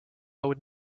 would